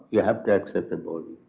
you have to accept a body.